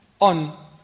on